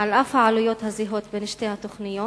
על אף העלויות הזהות של שתי התוכניות.